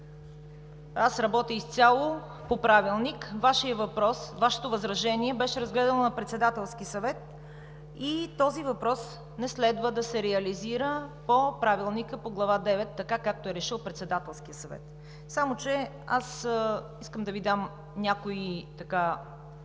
аз работя изцяло по Правилник. Вашето възражение беше разгледано на Председателски съвет – този въпрос не следва да се реализира по Глава девета от Правилника, така както е решил Председателският съвет. Само че аз искам да Ви дам някои мои